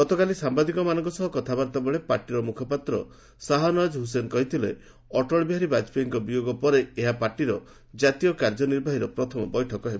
ଗତକାଲି ସାମ୍ବାଦିକମାନଙ୍କ ସହ ବାର୍ତ୍ତାଳାପ ବେଳେ ପାର୍ଟି ମୁଖପାତ୍ର ଶାହାନୱାଜ ହୁସେନ କହିଥିଲେ ଅଟଳ ବିହାରୀ ବାଜପେୟୀଙ୍କ ବିୟୋଗ ପରେ ଏହା ପାର୍ଟିର କାର୍ଯ୍ୟନିର୍ବାହୀର ପ୍ରଥମ ବୈଠକ ହେବ